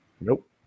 nope